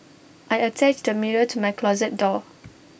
I attached A mirror to my closet door